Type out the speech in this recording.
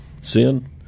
sin